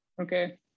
okay